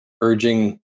urging